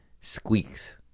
squeaks